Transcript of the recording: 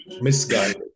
misguided